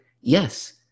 yes